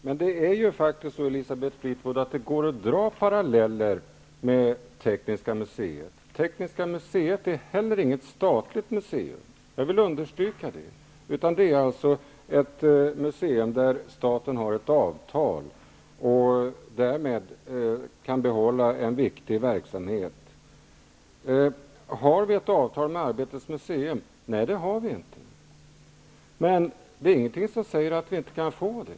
Herr talman! Men det är ju faktiskt så, Elisabeth Fleetwood, att det går att dra paralleller med Tekniska museet. Tekniska museet är inte heller något statligt museum -- jag vill understryka det -- utan det är ett museum som staten har ett avtal med, och därigenom kan man behålla en viktig verksamhet. Har vi ett avtal med Arbetets museum, frågade Elisabeth Fleetwood. Nej, det har vi inte. Men det är ingenting som säger att vi inte kan få det.